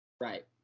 Right